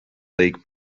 league